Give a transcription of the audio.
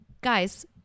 Guys